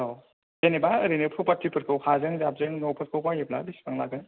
औ जेनेबा ओरैनो फ्रफारथि फोरखौ हाजों जाबजों न'फोरखौ बायोब्ला बिसिबां लागोन